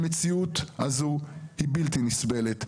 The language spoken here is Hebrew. המציאות הזאת היא בלתי נסבלת.